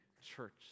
Church